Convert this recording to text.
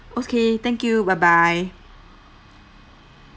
okay thank you bye bye